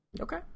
Okay